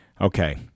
Okay